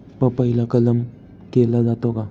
पपईला कलम केला जातो का?